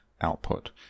output